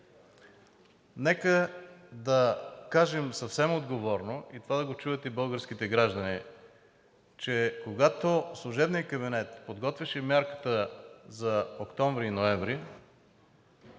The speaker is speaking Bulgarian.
Нека да кажем съвсем отговорно, и това да го чуят и българските граждани, че когато служебният кабинет подготвяше мярката за октомври и ноември,